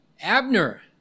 Abner